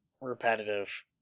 repetitive